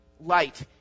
light